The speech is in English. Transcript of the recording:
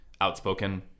outspoken